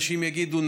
אנשים יגידו,